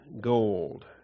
gold